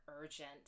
urgent